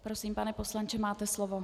Prosím, pane poslanče, máte slovo.